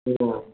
औ